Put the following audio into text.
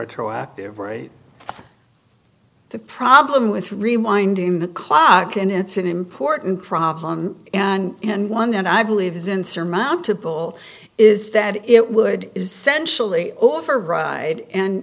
etroactive right the problem with reminding the clock and it's an important problem and one that i believe is insurmountable is that it would essentially override and